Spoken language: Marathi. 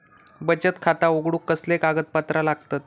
बचत खाता उघडूक कसले कागदपत्र लागतत?